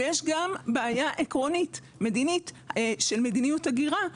ויש גם בעיה עקרונית מדינית של מדיניות הגירה,